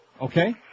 Okay